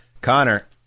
Connor